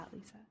Lisa